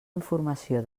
informació